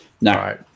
no